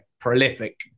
prolific